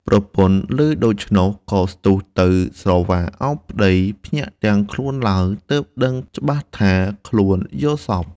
ប្រពន្ធឮដូច្នោះ ក៏ស្ទុះទៅស្រវាឱបប្តី ភ្ញាក់ទាំងខ្លួនឡើង ទើបដឹងច្បាស់ថាខ្លួនយល់សប្តិ ។